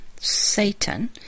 Satan